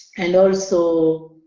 and also